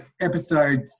episode